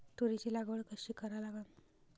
तुरीची लागवड कशी करा लागन?